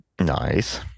nice